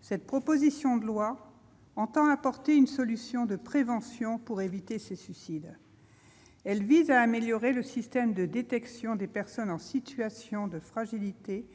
Cette proposition de loi entend apporter une solution de prévention pour éviter ces suicides. Elle vise à améliorer le système de détection des personnes en situation de fragilité